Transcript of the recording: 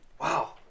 Wow